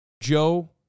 Joe